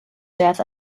death